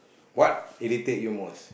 what irritate you most